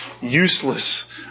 useless